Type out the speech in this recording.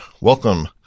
Welcome